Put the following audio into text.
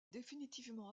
définitivement